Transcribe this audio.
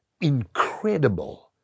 incredible